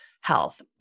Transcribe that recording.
health